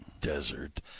desert